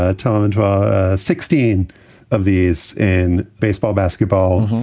ah tom into ah sixteen of these in baseball, basketball,